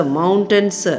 mountains